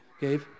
Gabe